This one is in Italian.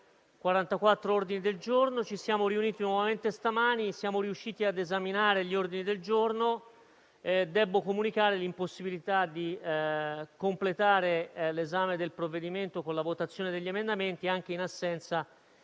44 ordini del giorno. Ci siamo riuniti nuovamente stamani e siamo riusciti a esaminare gli ordini del giorno. Debbo comunicare l'impossibilità di completare l'esame del provvedimento con la votazione degli emendamenti, anche in assenza dei